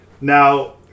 Now